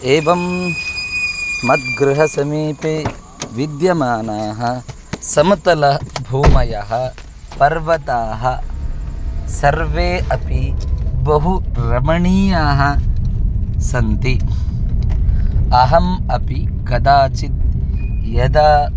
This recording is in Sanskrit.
एवं मद्गृहसमीपे विद्यमानाः समतलाः भूमयः पर्वताः सर्वे अपि बहु रमणीयाः सन्ति अहम् अपि कदाचित् यदा